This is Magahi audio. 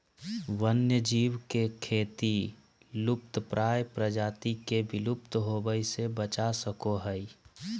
वन्य जीव के खेती लुप्तप्राय प्रजाति के विलुप्त होवय से बचा सको हइ